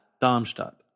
Darmstadt